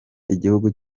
igihugu